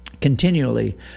continually